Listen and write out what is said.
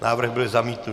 Návrh byl zamítnut.